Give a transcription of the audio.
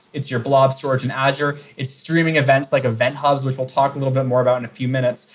it's your blob storage in azure. it's streaming events like event hubs, which we'll talk a little bit more about in a few minutes.